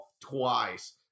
twice